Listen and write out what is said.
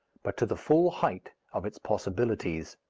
but to the full height of its possibilities.